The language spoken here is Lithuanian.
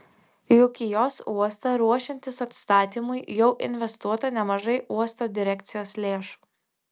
juk į jos uostą ruošiantis atstatymui jau investuota nemažai uosto direkcijos lėšų